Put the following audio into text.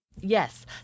Yes